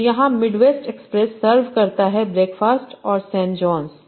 तो यहाँ Midwest Express serve करता है ब्रेकफास्ट और सैन जोस